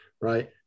right